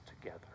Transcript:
together